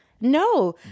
No